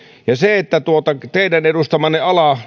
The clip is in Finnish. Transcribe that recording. ja teidän edustamanne ala